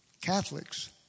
Catholics